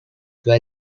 were